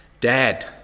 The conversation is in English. Dad